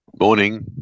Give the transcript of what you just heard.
morning